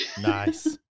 Nice